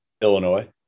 Illinois